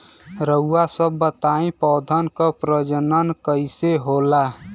रउआ सभ बताई पौधन क प्रजनन कईसे होला?